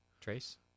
Trace